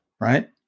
Right